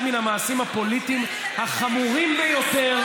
מן המעשים הפוליטיים החמורים ביותר,